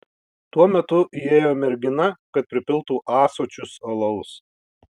tuo metu įėjo mergina kad pripiltų ąsočius alaus